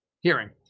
Hearing